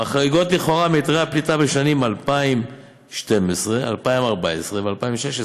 חריגות לכאורה מהיתרי הפליטה בשנים 2012 2014 וב-2016,